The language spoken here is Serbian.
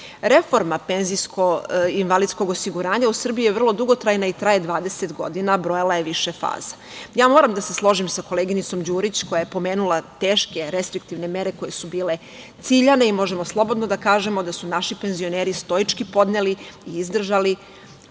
penzijskog i invalidskog osiguranja u Srbiji je dugotrajna i traje 20 godina, a brojala je više faza. Moram da se složim sa koleginicom Đurić, koja je pomenula teške restriktivne mere, koje su bile ciljane i onda možemo slobodno da kažemo da su naši penzioneri stoički podneli i izdržali